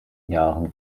jahren